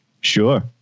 Sure